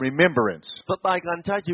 Remembrance